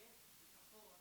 חרדי ושחור.